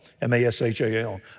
M-A-S-H-A-L